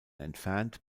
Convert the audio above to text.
entfernt